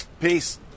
Peace